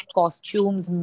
costumes